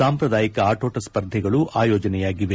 ಸಾಂಪ್ರದಾಯಿಕ ಆಚೋಣ ಸ್ವರ್ಧೆಗಳು ಆಯೋಜನೆಯಾಗಿವೆ